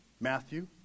Matthew